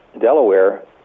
Delaware